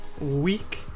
Week